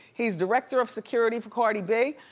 he's director of security for cardi b.